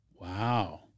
Wow